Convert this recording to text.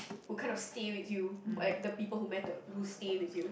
who kind of stay with you like the people who matter who will stay with you